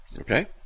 Okay